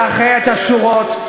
תאחד את השורות,